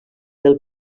del